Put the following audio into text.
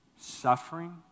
suffering